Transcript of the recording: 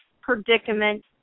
predicament